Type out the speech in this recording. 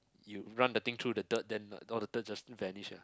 you run the thing through the dirt then the all the dirt just vanish lah